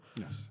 Yes